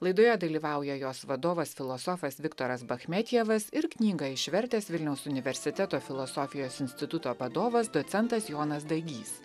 laidoje dalyvauja jos vadovas filosofas viktoras bachmetjevas ir knygą išvertęs vilniaus universiteto filosofijos instituto vadovas docentas jonas dagys